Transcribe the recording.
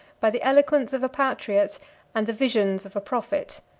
by the eloquence of a patriot and the visions of a prophet,